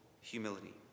humility